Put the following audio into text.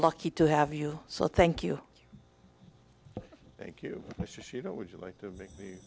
lucky to have you so thank you thank you i just you know would you like to